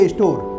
Store